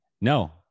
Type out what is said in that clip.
No